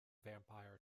vampire